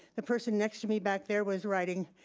the person next to me back there was writing,